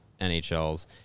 NHLs